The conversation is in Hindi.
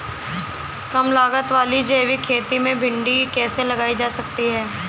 कम लागत वाली जैविक खेती में भिंडी कैसे लगाई जा सकती है?